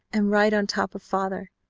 and right on top of father.